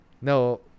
no